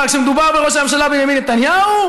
אבל כשמדובר בראש הממשלה בנימין נתניהו,